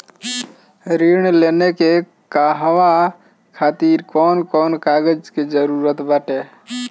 ऋण लेने के कहवा खातिर कौन कोन कागज के जररूत बाटे?